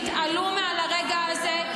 תתעלו מעל הרגע הזה,